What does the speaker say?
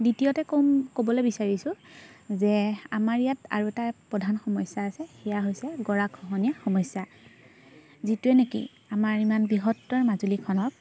দ্বিতীয়তে কম ক'বলৈ বিচাৰিছোঁ যে আমাৰ ইয়াত আৰু এটা প্ৰধান সমস্যা আছে সেয়া হৈছে গৰাখহনীয়া সমস্যা যিটোৱে নেকি আমাৰ ইমান বৃহত্তৰ মাজুলীখনক